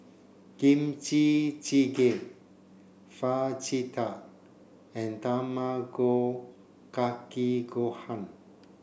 Kimchi Jjigae Fajitas and Tamago kake Gohan